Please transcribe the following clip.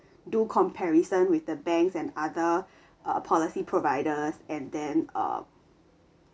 do comparison with the banks and other uh policy providers and then uh